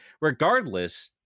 regardless